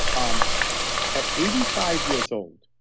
um at eighty five years old,